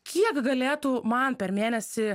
kiek galėtų man per mėnesį